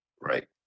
Right